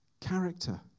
Character